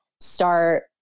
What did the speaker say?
start